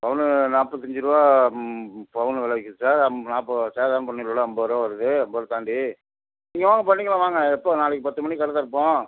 பவுன் நாற்பத்தஞ்சு ரூபா பவுன் வெலை விற்கிது சார் அம் நாற்பது ரூபாய் சார் சேதாரம் பண்ணி கூலிலாம் ஐம்பது ரூபாய் வருது ஐம்பதை தாண்டி நீங்கள் வாங்க பண்ணிக்கலாம் வாங்க எப்போது நாளைக்கு பத்து மணிக்கு கடை திறப்போம்